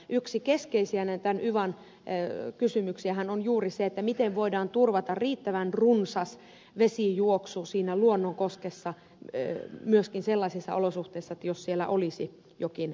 yksi keskeisiä yvan kysymyksiähän on juuri se miten voidaan turvata riittävän runsas vesijuoksu siinä luonnon koskessa myöskin sellaisissa olosuhteissa jos siellä olisi jokin allas